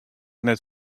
net